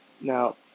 Now